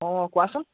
অঁ কোৱাচোন